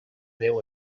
neu